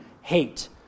hate